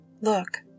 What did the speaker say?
Look